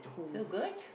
so good